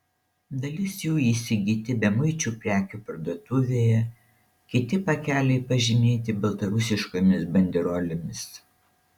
dalis jų įsigyti bemuičių prekių parduotuvėje kiti pakeliai pažymėti baltarusiškomis banderolėmis